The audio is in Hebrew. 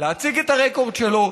להציג את הרקורד שלו.